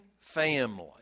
family